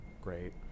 great